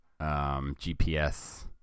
GPS